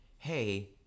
Hey